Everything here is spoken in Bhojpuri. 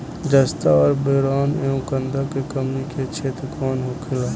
जस्ता और बोरान एंव गंधक के कमी के क्षेत्र कौन होखेला?